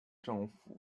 政府